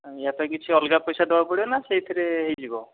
ୟା ପାଇଁ କିଛି ଅଲଗା ପଇସା ଦବାକୁ ପଡ଼ିବ ନା ସେଇଥିରେ ହୋଇଯିବ